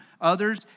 Others